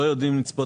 הבעיה היא פרקטית.